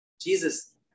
Jesus